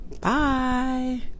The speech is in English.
bye